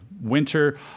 winter